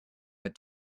but